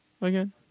again